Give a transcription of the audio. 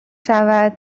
شود